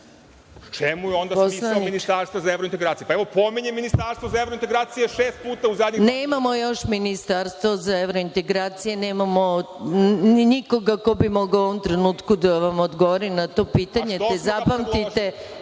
čemu je onda smisao ministarstva za evrointegracije. Pa, evo pominjem ministarstvo za evrointegracije šest puta… **Maja Gojković** Nemamo još ministarstvo za evrointegracije, nemamo nikoga ko bi u ovom trenutku mogao da vam odgovori na to pitanje. Zapamtite